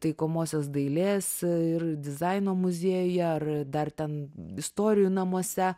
taikomosios dailės ir dizaino muziejuje ar dar ten istorijų namuose